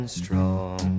strong